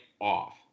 off